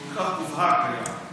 כל כך מובהק היה,